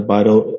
Bible